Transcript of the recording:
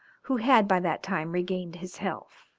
who had by that time regained his health.